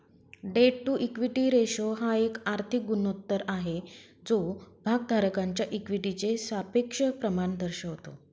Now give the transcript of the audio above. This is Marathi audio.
डेट टू इक्विटी रेशो हा एक आर्थिक गुणोत्तर आहे जो भागधारकांच्या इक्विटीचे सापेक्ष प्रमाण दर्शवतो